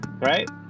right